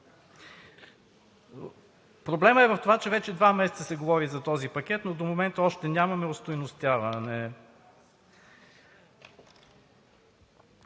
Проблемът е в това, че вече два месеца се говори за този пакет, но до този момент още нямаме остойностяване.